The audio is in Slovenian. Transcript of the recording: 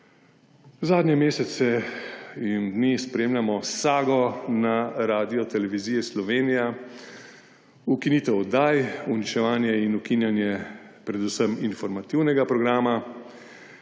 Zadnje mesece in dni spremljamo sago na Radioteleviziji Slovenija: ukinitev oddaj, uničevanje in ukinjanje predvsem informativnega programa.